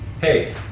Hey